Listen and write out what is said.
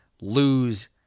lose